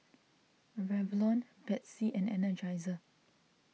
Revlon Betsy and Energizer